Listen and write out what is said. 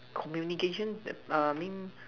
communication t~ err mean